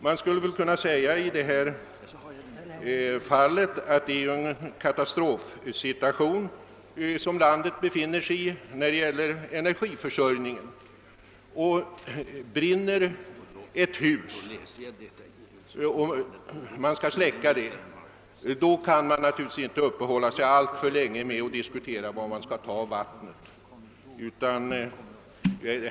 Man skulle kunna säga att landet befinner sig i en katastrofsituation när det gäller energiförsörjningen. Skall man släcka elden i ett hus som brinner kan man naturligtvis inte uppehålla sig alltför länge vid att diskutera var man skall ta vattnet.